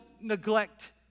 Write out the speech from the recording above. neglect